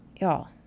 Y'all